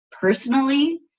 personally